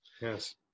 Yes